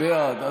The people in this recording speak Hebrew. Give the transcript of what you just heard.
אני בעד.